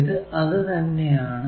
ഇത് അത് തന്നെ ആണ്